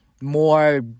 more